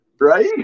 right